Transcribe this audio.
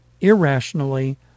irrationally